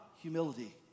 Humility